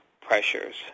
pressures